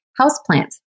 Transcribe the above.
houseplants